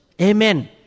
Amen